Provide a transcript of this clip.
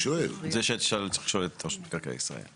אנשים ירצו לגור בדימונה ולנסוע ברכבת אחר כך שעה לתל אביב.